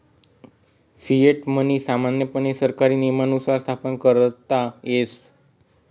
fiat money सामान्यपणे सरकारी नियमानुसारच स्थापन करता येस